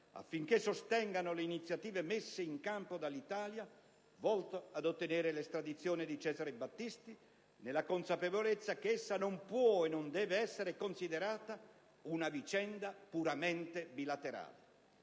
affinché sostengano le iniziative messe in campo dall'Italia volte ad ottenere l'estradizione di Cesare Battisti, nella consapevolezza che essa non può e non deve essere considerata una vicenda puramente bilaterale.